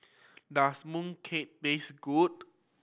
does mooncake taste good